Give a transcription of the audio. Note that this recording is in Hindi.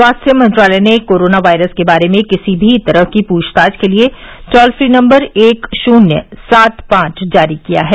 स्वास्थ्य मंत्रालय ने कोरोना वायरस के बारे में किसी भी तरह की पूछताछ के लिए टोल फ्री नम्बर एक शून्य सात पांच जारी किया है